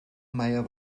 meier